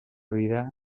vida